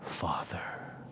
Father